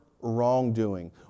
wrongdoing